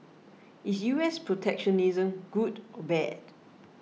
is U S protectionism good or bad